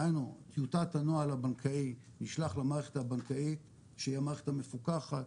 דהיינו טיוטת הנוהל הבנקאי נשלחת למערכת הבנקאית שהיא המערכת המפוקחת,